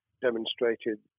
demonstrated